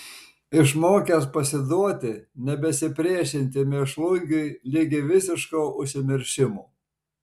išmokęs pasiduoti nebesipriešinti mėšlungiui ligi visiško užsimiršimo